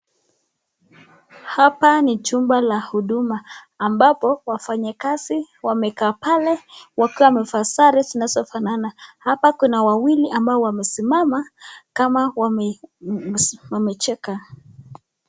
Hapa ni chumba la huduma ambapo wafanyakazi wamekaa pale wakiwa wamevaa sare zinazofanana hapa kuna wawili ambao wamesimama kama wamecheka.